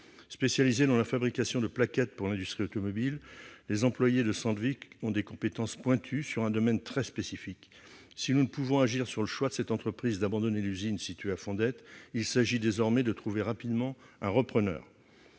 Spécialisés dans la fabrication de plaquettes pour l'industrie automobile, les employés de Sandvik ont des compétences pointues dans un domaine très spécifique. Si nous ne pouvons agir sur le choix de cette entreprise d'abandonner l'usine située à Fondettes, il s'agit désormais de trouver rapidement un repreneur.